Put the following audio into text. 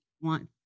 want